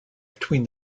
between